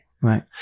Right